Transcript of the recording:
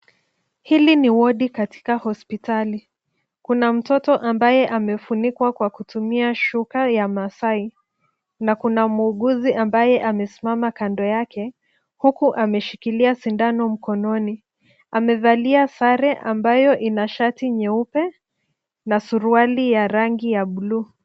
Hili ni wadi katika hospitali. Kuna mtoto ambaye amefunikwa kwa kutumia shuka ya masai. Na kuna muuguzi ambaye amesimama kando yake, huku ameshikilia sindano mkononi. Amevalia sare ambayo ina shati nyeupe na suruali ya rangi ya bluu.